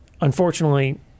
unfortunately